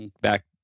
back